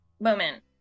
moment